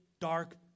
dark